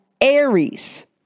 Aries